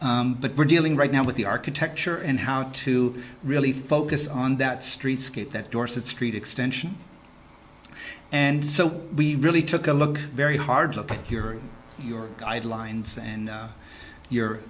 b but we're dealing right now with the architecture and how to really focus on that streets that dorset street extension and so we really took a look very hard look at your your guidelines and